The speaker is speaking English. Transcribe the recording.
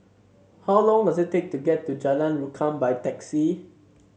how long does it take to get to Jalan Rukam by taxi